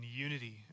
unity